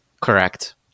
Correct